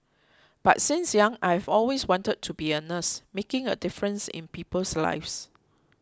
but since young I've always wanted to be a nurse making a difference in people's lives